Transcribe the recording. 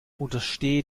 unterstehe